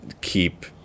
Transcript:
keep